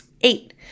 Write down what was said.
Eight